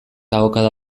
ahokada